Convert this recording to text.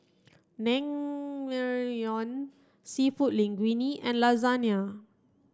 Seafood Linguine and Lasagna